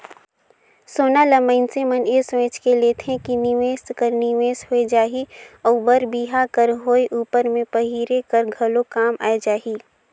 सोना ल मइनसे मन ए सोंएच के लेथे कि निवेस कर निवेस होए जाही अउ बर बिहा कर होए उपर में पहिरे कर घलो काम आए जाही